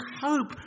hope